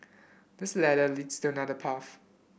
this ladder leads to another path